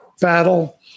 battle